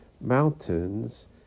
mountains